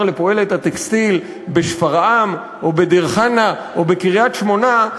לפועלת הטקסטיל בשפרעם או בדיר-חנא או בקריית-שמונה,